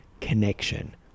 connection